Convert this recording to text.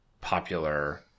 popular